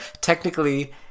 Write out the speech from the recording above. technically